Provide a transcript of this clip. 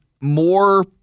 more